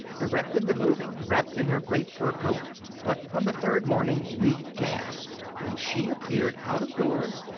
directed the moving, wrapped in her great fur coat but on the third morning we gasped when she appeared out-of-doors,